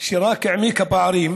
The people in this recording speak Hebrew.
שרק העמיקה פערים,